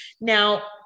Now